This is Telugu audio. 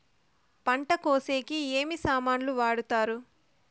పంట కోసేకి ఏమి సామాన్లు వాడుతారు?